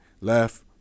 left